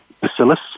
bacillus